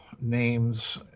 names